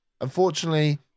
Unfortunately